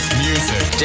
music